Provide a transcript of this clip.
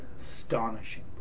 astonishing